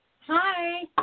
Hi